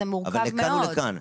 שם זה מורכב מאוד.